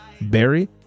berry